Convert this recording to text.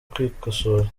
kwikosora